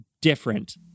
different